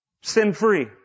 Sin-free